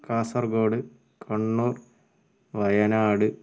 Kasaragod Kannur Wayanad